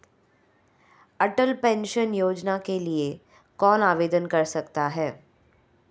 अटल pension Yojana के लिए कौन आवेदन कर सकता है?